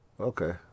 Okay